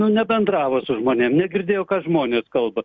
nu nebendravo su žmonėm negirdėjo ką žmonės kalba